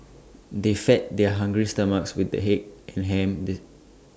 they fed their hungry stomachs with the egg and ham the